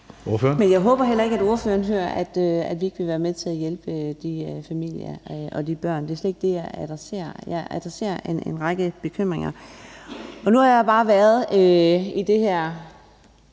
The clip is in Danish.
Men jeg håber heller ikke, at ordføreren hører, at vi ikke vil være med til at hjælpe de familier og de børn. Det er slet ikke det, jeg adresserer. Jeg adresserer en række bekymringer. Nu har jeg bare været i det her